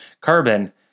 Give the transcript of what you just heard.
carbon